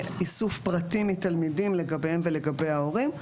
איסוף פרטים מתלמידים לגביהם ולגבי ההורים,